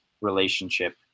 relationship